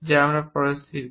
যা আমরা পরে শিখব